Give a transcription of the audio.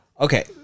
Okay